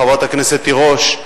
חברת הכנסת תירוש,